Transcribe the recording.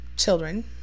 Children